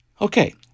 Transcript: Okay